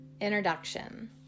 Introduction